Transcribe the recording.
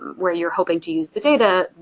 where you're hoping to use the data,